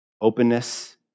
openness